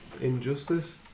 injustice